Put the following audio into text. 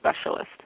specialist